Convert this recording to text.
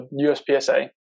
USPSA